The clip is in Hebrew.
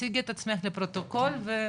תציגי את עצמך לפרוטוקול בבקשה,